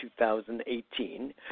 2018